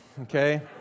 okay